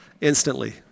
instantly